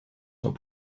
sont